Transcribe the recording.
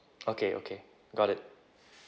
okay okay got it